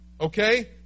Okay